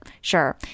sure